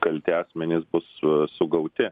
kalti asmenys bus sugauti